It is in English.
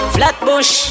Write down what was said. Flatbush